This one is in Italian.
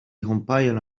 compaiono